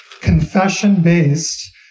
confession-based